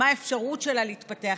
מה האפשרות שלה להתפתח,